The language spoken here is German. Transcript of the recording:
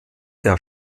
der